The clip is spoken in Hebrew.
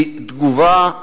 היא תגובה לאוויר?